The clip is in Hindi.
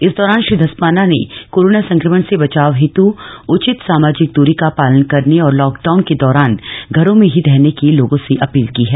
इस दौरान श्री धस्माना ने कोरोना संक्रमण से बचाव हेतु उचित सामाजिक दूरी का पालन करने और लाक डाउन के दौरान घरों में ही रहने की लोगों से अपील की है